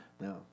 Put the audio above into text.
No